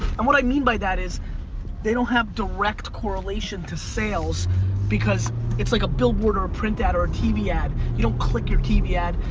and what i mean by that is they don't have direct correlation to sales because it's like a billboard or a print ad or a tv ad. you don't click your tv ad,